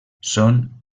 són